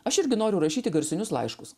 aš irgi noriu rašyti garsinius laiškus